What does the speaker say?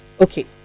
Okay